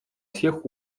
всех